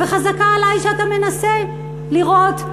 וחזקה עלי שאתה מנסה לראות,